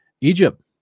Egypt